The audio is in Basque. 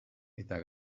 eta